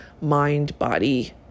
mind-body